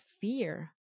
fear